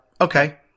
okay